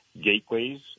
gateways